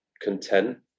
content